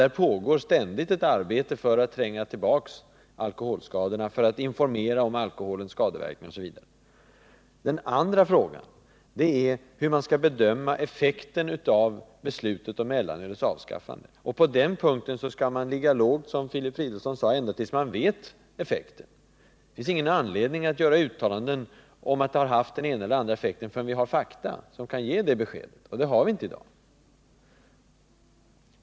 Där pågår ständigt ett arbete för att tränga tillbaka alkoholskadorna, för att informera om alkoholens skadeverkningar osv. Den andra frågan är hur man skall bedöma effekten av beslutet om mellanölets avskaffande. På den punkten bör man, som Filip Fridolfsson sade, ligga lågt ända tills man vet vilken effekt det fått. Det finns ingen anledning att göra uttalanden om att mellanölsförbudet har haft den ena eller den andra effekten förrän vi har fakta som kan ligga till grund för ett besked, 21 och det har vi inte i dag.